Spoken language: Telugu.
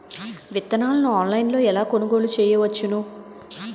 విత్తనాలను ఆన్లైన్లో ఎలా కొనుగోలు చేయవచ్చున?